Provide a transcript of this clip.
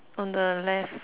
on the left